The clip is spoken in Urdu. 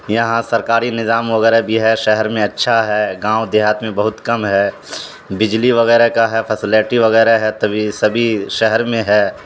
یہاں سرکاری نظام وغیرہ بھی ہے شہر میں اچھا ہے گاؤں دیہات میں بہت کم ہے بجلی وغیرہ کا ہے فسلیٹی وغیرہ ہے تبھی سبھی شہر میں ہے